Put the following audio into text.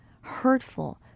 hurtful